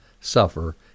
suffer